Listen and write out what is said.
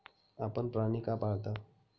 आपण प्राणी का पाळता?